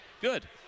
Good